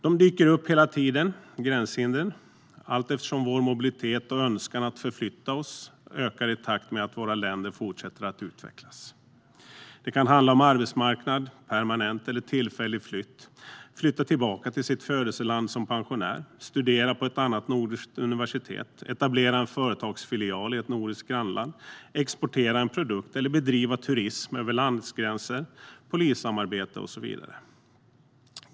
Dessa dyker upp hela tiden, allteftersom vår mobilitet och önskan att förflytta oss ökar i takt med att våra länder fortsätter att utvecklas. Det kan handla om arbetsmarknad, permanent eller tillfällig flytt, att flytta tillbaka till sitt födelseland som pensionär, att studera på ett annat nordiskt universitet, att etablera en företagsfilial i ett nordiskt grannland, att exportera en produkt eller bedriva turism över landsgränser, polissamarbete och så vidare.